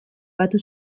batu